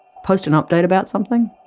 post an update about something,